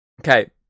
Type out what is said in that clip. okay